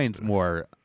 more